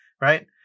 right